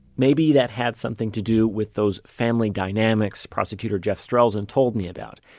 maybe that had something to do with those family dynamics prosecutor jeff strelzin told me about.